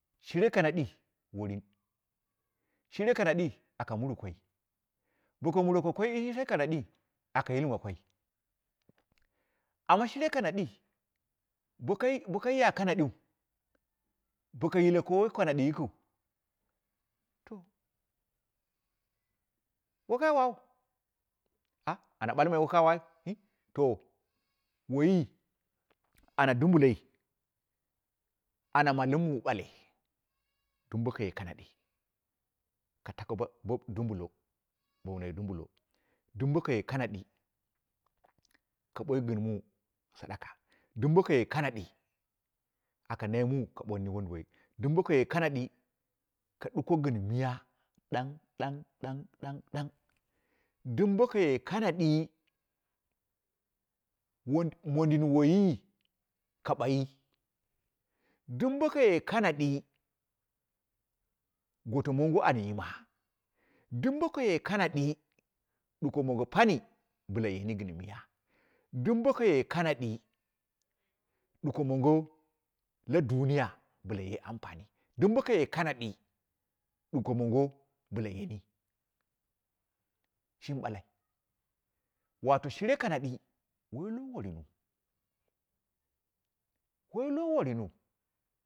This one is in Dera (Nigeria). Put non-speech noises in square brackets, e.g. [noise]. Shire kanadi worin, shire kanadi aka muru koi, boko muroko kai she kanadii aka yilma koi, amma shire kanadi, bo kai bo kaiya kamu din bo ka yilako wai kanadi yikɨu to wakai wau [hesitation] ana balmai waka wai he to, ana dumbuloi ana malɨm wu ɓale, dum bokaye kanadi, ka tako bo dumbulo, bowu hai dumbulo, dɨm ɓokaye kanadi ka boi gɨn muu sadaka, dimbokaye kanadi aka nai muu ka boni wundu woi, duw bokaye kanadi ka duko gɨn mɨya ɗan-ɗan-ɗan-ɗan dumbokaye kanadi mon mondin waiyi ka bayi dɨm bokaye kanadi goto mongo an yima, dum bokaye kanadi duko mongo pam bɨla yemi gɨn miya, dumbokaye kanadi duko mongo la duniya bɨlaye ampani, dumbokaye kanadi, ɗuko mango bɨla yeni shimi balai, wato shire kanadi wai lo worinu, woilo worinwu